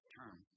term